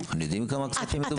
יודעים בכמה כספים מדובר?